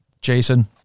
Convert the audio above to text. Jason